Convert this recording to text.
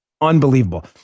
unbelievable